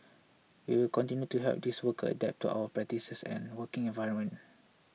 we will continue to help these workers adapt to our practices and working environment